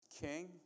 King